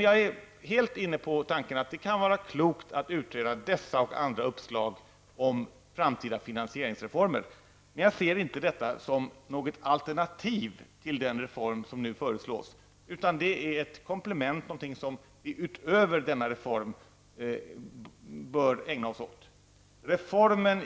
Jag är helt inne på tanken att det kan vara klokt att utreda dessa och andra uppslag om framtida finansieringsformer. Men jag ser inte detta som något alternativ till den reform som nu föreslås utan som ett komplement, någonting som vi bör ägna oss åt utöver äldrereformen. Reformen